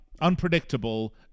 unpredictable